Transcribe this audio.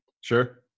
Sure